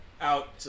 Out